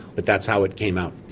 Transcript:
but that's how it came out.